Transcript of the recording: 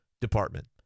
department